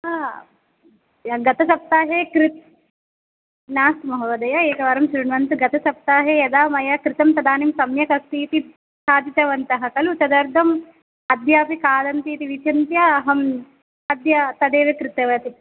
हा गतसप्ताहे कृत् नास्ति महोदया एकवारं श्रुण्वन्तु गतसप्ताहे यदा मया कृतं तदानीं सम्यकस्तीति खादितवन्तः खलु तदर्थं अद्यापि खादन्ति इति विचिन्त्य अहं अद्य तदेव कृतवती